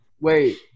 Wait